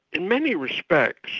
in many respects,